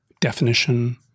definition